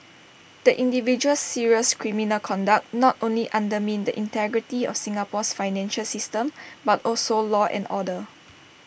the individual's serious criminal conduct not only undermined the integrity of Singapore's financial system but also law and order